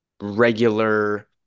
regular